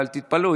תתפלאו,